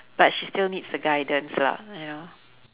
but she still needs the guidance lah you know